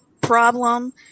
problem